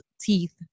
teeth